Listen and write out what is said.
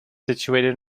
situated